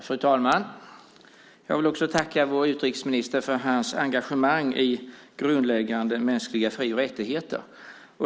Fru talman! Jag vill också tacka vår utrikesminister för hans engagemang i grundläggande mänskliga fri och rättigheter.